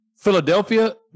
Philadelphia